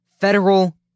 federal